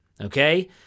okay